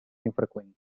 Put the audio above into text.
infreqüent